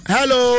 Hello